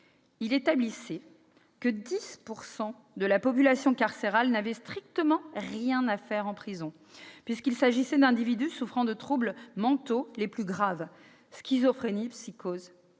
Il relevait que 10 % de la population carcérale n'avait strictement rien à faire en prison puisqu'il s'agissait d'individus souffrant des troubles mentaux les plus graves : schizophrénie, psychoses.